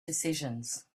decisions